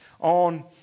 on